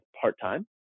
part-time